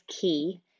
key